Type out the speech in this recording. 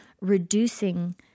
reducing